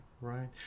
right